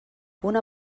una